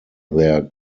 their